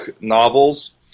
novels